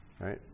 right